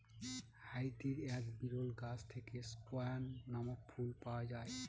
হাইতির এক বিরল গাছ থেকে স্কোয়ান নামক ফুল পাওয়া যায়